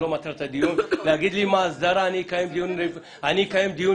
כדי להגיד לי מה ההסדרה אני יכול לקיים דיון